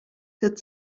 hit